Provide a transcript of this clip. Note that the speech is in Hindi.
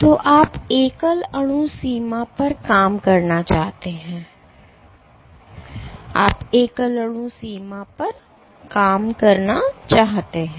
तो आप एकल अणु सीमा पर काम करना चाहते हैं आप एकल अणु सीमा पर काम करना चाहते हैं